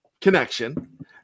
connection